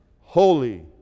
holy